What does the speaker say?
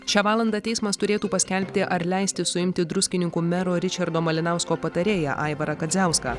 šią valandą teismas turėtų paskelbti ar leisti suimti druskininkų mero ričardo malinausko patarėją aivarą kadziauską